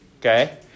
okay